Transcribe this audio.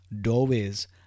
doorways